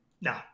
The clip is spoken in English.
No